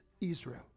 Israel